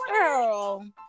girl